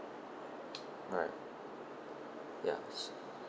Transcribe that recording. right ya